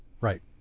Right